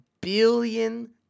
billion